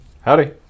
Howdy